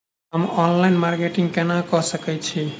हम online marketing केना कऽ सकैत छी?